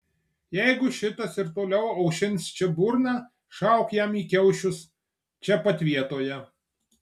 jeigu šitas ir toliau aušins čia burną šauk jam į kiaušius čia pat vietoje